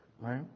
right